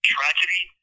tragedy